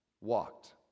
walked